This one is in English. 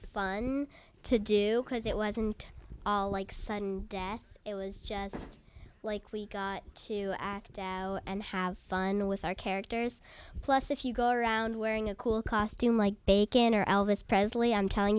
fun to do because it wasn't all like sun it was just like we got to act out and have fun with our characters plus if you go around wearing a cool costume like bacon or elvis presley i'm telling